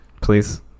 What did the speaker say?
Please